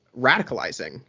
radicalizing